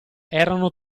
erano